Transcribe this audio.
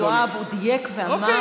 יואב, הוא דייק ואמר שהוא התנגד.